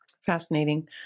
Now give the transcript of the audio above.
Fascinating